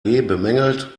bemängelt